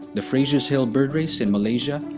the fraser's hill bird race in malaysia,